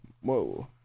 whoa